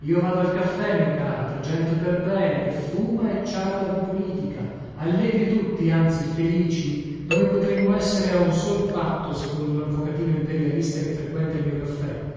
io vado al caffè mio caro tra gente per bene che fuma e ciarla di politica allegri tutti anzi felici noi potremmo essere a un sol patto secondo un avvocatino imperialista che frequenta il mio caffè